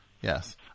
Yes